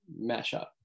mashup